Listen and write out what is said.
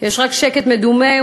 יש רק שקט מדומה,